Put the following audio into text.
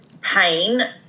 pain